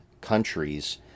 countries